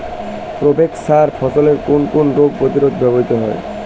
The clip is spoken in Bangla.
প্রোভেক্স সার ফসলের কোন কোন রোগ প্রতিরোধে ব্যবহৃত হয়?